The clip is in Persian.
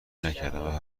نکردم